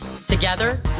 Together